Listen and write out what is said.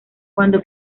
cuando